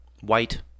white